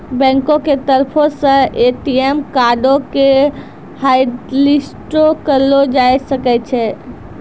बैंको के तरफो से ए.टी.एम कार्डो के हाटलिस्टो करलो जाय सकै छै